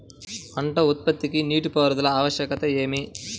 పంట ఉత్పత్తికి నీటిపారుదల ఆవశ్యకత ఏమి?